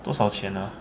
多少钱 ah